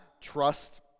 trust